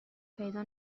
پیدا